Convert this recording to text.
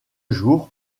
jour